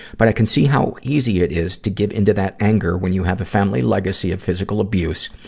but i can see how easy it is to give into that anger when you have a family legacy of physical abuse,